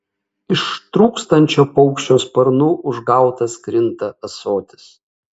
ištrūkstančio paukščio sparnu užgautas krinta ąsotis